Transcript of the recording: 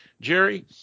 Jerry